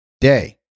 day